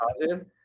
positive